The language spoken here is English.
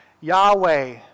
Yahweh